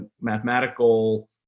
mathematical